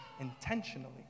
intentionally